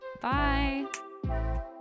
Bye